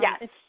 Yes